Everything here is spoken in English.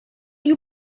you